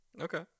Okay